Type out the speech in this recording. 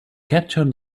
capture